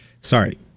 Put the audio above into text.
Sorry